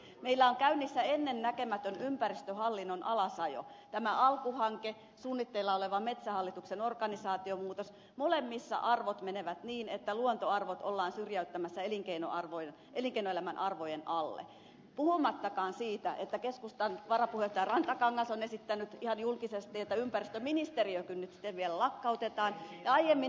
meillä on käynnissä ennennäkemätön ympäristöhallinnon alasajo on tämä alku hanke suunnitteilla oleva metsähallituksen organisaatiomuutos ja molemmissa arvot menevät niin että luontoarvot ollaan syrjäyttämässä elinkeinoelämän arvojen alle puhumattakaan siitä että keskustan varapuheenjohtaja rantakangas on esittänyt ihan julkisesti että ympäristöministeriökin nyt sitten vielä lakkautetaan ja aiemmin ed